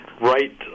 right